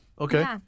okay